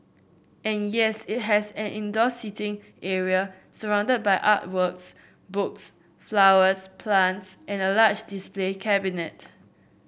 and yes it has an indoor seating area surrounded by art works books flowers plants and a large display cabinet